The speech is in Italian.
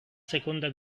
seconda